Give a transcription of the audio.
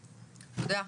יפה, תודה.